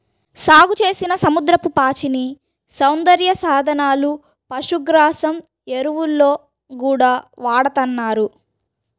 సాగుచేసిన సముద్రపు పాచిని సౌందర్య సాధనాలు, పశుగ్రాసం, ఎరువుల్లో గూడా వాడతన్నారు